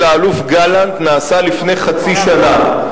המינוי של האלוף גלנט נעשה לפני חצי שנה.